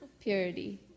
purity